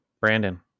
Brandon